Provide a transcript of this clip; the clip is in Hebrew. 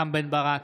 (קורא בשמות חברי הכנסת) רם בן ברק,